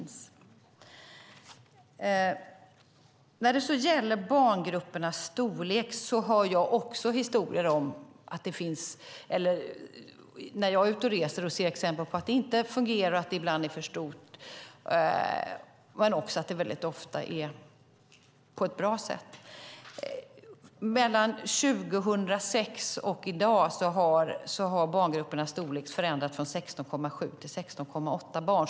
När det gäller barngruppernas storlek ser jag när jag är ute och reser exempel på att det inte fungerar och ibland är för stort - men också att det väldigt ofta är på ett bra sätt. Mellan 2006 och i dag har barngruppernas storlek förändrats från 16,7 till 16,8 barn.